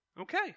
Okay